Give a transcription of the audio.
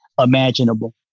imaginable